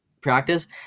practice